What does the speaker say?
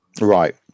right